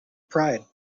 pride